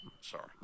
Sorry